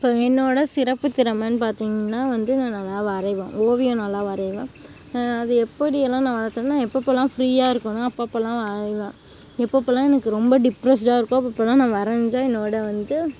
இப்போ என்னோட சிறப்பு திறமைனு பார்த்திங்கனா வந்து நான் நல்லா வரைவேன் ஓவியம் நல்லா வரைவேன் அது எப்படியெல்லாம் நான் எப்பெப்பலாம் ஃப்ரீயாக இருக்கேனோ அப்பெப்பலாம் நான் வரைவேன் எப்பெப்பலாம் எனக்கு ரொம்ப டிப்ரெஸுடாக இருக்கோ அப்பெப்பலாம் நான் வரைஞ்சா என்னோட வந்து